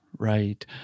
Right